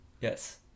yes